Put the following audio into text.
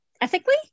ethically